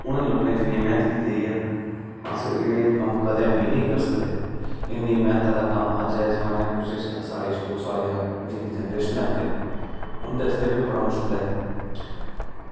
उनें लोकें जिन्नी मैह्नत कीती दी ऐ नी अस एह् कम्म कदें बी निं करी सकदे इन्नी मैह्नत दा कम्म अज्ज दे जमाने च कुसै ते छुड़ो साढ़े जेह्की जनरेशन ऐ अग्गें उंदे आस्तै बी बड़ा मुश्कल ऐ